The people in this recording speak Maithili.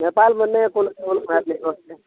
नेपालमे नहि कोनो प्रोबलम होयत नेटवर्कके